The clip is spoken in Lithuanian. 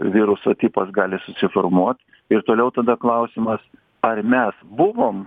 viruso tipas gali susiformuot ir toliau tada klausimas ar mes buvom